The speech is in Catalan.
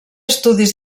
estudis